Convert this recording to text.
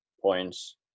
points